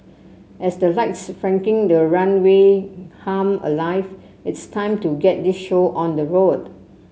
as the lights flanking the runway hum alive it's time to get this show on the road